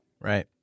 Right